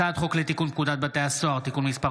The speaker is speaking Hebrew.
הצעת חוק לתיקון פקודת בתי הסוהר (תיקון מס'